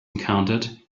encountered